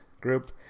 group